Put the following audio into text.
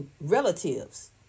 relatives